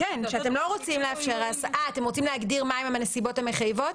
אתם רוצים להגדיר מה הן הנסיבות המחייבות?